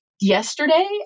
yesterday